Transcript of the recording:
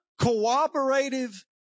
cooperative